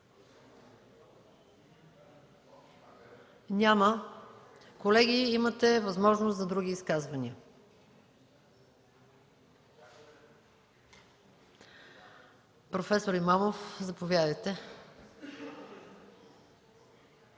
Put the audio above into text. Няма. Колеги, имате възможност за други изказвания. Професор Имамов, заповядайте.